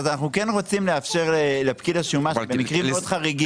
אז אנחנו כן רוצים לאפשר לפקיד השומה במקרים מאוד חריגים.